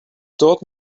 taught